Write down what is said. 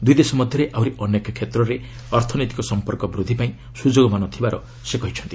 ଦୁଇଦେଶ ମଧ୍ୟରେ ଆହୁରି ଅନେକ କ୍ଷେତ୍ରରେ ଅର୍ଥନୈତିକ ସମ୍ପର୍କ ବୃଦ୍ଧି ପାଇଁ ସୁଯୋଗମାନ ଥିବାର ସେ କହିଛନ୍ତି